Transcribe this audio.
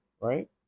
Right